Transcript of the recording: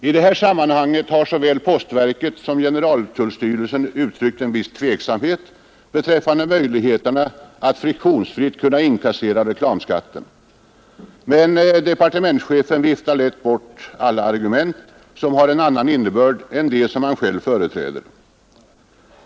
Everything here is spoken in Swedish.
I detta sammanhang har såväl postverket som generaltullstyrelsen uttryckt en viss tveksamhet beträffande möjligheterna att friktionsfritt inkassera reklamskatten. Men departementschefen viftar lätt bort alla argument som har en annan innebörd än de som han själv företräder.